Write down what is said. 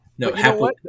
No